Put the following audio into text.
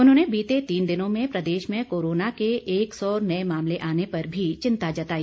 उन्होंने बीते तीन दिनों में प्रदेश में कोरोना के एक सौ नए मामले आने पर भी चिंता जताई